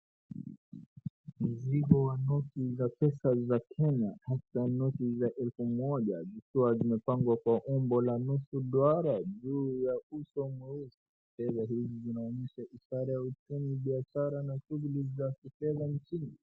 Mzigo wa noti za pesa za Kenya hasa noti za elfu moja zikiwa zimepangwa kwa umbo la nusu duara juu ya uso mweusi. Fedha hizi zinaonyesha ishara ya ufanyi biashara na shughuli ya kifedha nchini.